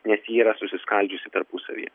nes ji yra susiskaldžiusi tarpusavyje